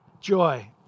joy